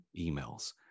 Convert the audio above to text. emails